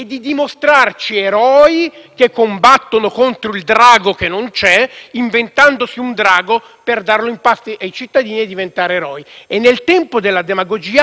per darlo in pasto ai cittadini e diventare eroi. Nel tempo della demagogia l'interesse prevalente che voi state provando a tutelare è il diritto alla propaganda